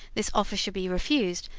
this offer should be refused,